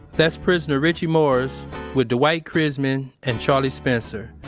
that's prisoner richie morris with dwight krizman and charlie spencer.